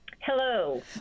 Hello